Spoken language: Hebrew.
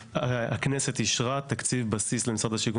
הכנסת אישרה תקציב בסיס בסיס למשרד השיכון